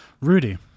Rudy